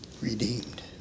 redeemed